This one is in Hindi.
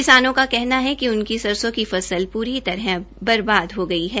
किसानों का कहना है कि उनकी सरसों की फसल प्री तरह बर्बाद हो गई है